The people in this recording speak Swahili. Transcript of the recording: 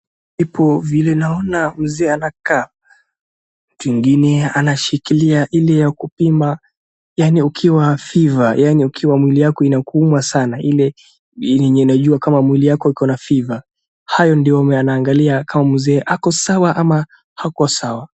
Hapo vile naona mzee anakaa, mwingine anashikilia ile ya kupima yaani ukiwa fever yaani ukiwa mwili yako inakuuma sana ile yenye najua kuwa mwili yako iko na fever, hayo ndio anaangalia kama mzee ako sawa ama hako sawa.